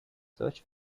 search